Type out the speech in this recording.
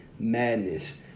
Madness